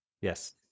Yes